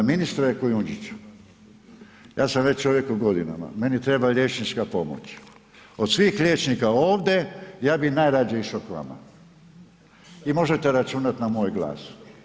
Ministre Kujundžiću, ja sam već čovjek u godinama, meni treba liječnička pomoć, od svih liječnika ovdje, ja bi najradije išao k vama i možete računat na moj glas.